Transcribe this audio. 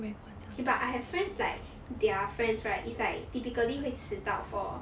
okay but I have friends like their friends right is like typically 会迟到 for